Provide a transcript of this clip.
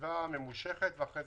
בישיבה ממושכת ואחר כך